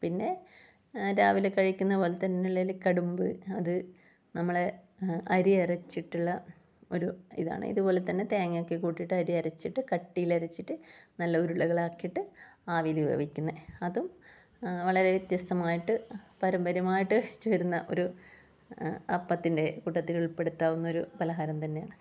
പിന്നെ രാവിലെ കഴിക്കുന്ന പോലത്തെ തന്നെ ഉള്ള കടുമ്പ് അത് നമ്മളെ അരിയരച്ചിട്ടുള്ള ഒരു ഇതാണ് ഇതുപോലെ തന്നെ തേങ്ങ ഒക്കെ കൂട്ടിയിട്ട് അരി അരച്ചിട്ട് കട്ടിയിലരച്ചിട്ട് നല്ല ഉരുളകളാക്കിയിട്ട് ആവിയിൽ വേവിക്കുന്നത് അതും വളരെ വ്യത്യസ്തമായിട്ട് പാരമ്പര്യമായിട്ട് കഴിച്ചു വരുന്ന ഒരു അപ്പത്തിൻ്റെ കൂട്ടത്തിൽ ഉൾപ്പെടുത്താവുന്ന ഒരു പലഹാരം തന്നെയാണ്